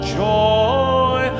joy